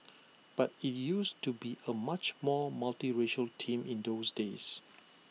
but IT used to be A much more multiracial team in those days